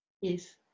Yes